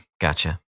Gotcha